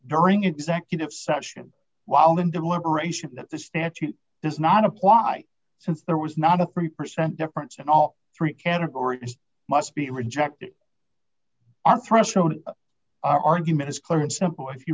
during executive session while in deliberation the statute does not apply since there was not a three percent difference and all three categories must be rejected our threshold argument is clear and simple if you